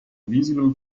visible